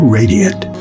radiant